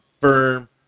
firm